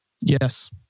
Yes